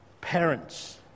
Parents